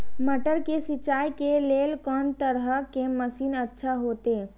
मटर के सिंचाई के लेल कोन तरह के मशीन अच्छा होते?